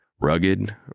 Rugged